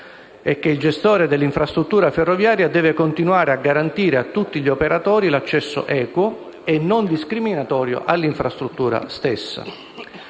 il gestore dell'infrastruttura ferroviaria deve continuare a garantire a tutti gli operatori l'accesso equo e non discriminatorio all'infrastruttura stessa;